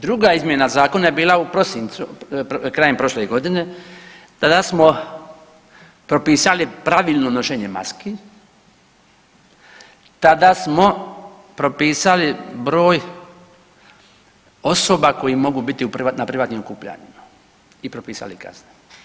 Druga izmjena zakona je bila u prosincu, krajem prošle godine, tada smo propisali pravilno nošenje maski, tada smo propisali broj osoba koji mogu biti u privatnim okupljanjima i propisali kazne.